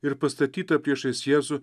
ir pastatyta priešais jėzų